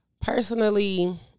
Personally